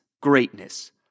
greatness